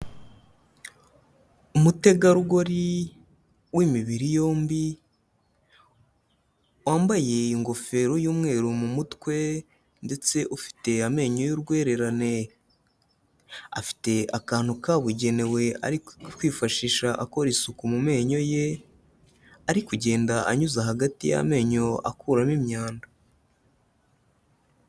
Umutegarugori w'imibiri yombi, wambaye ingofero y'umweru mu mutwe ndetse ufite amenyo y'urwererane, afite akantu kabugenewe ari kwifashisha akora isuku mu menyo ye, ari kugenda anyuza hagati y'amenyo akuramo imyanda.